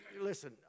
Listen